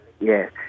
Yes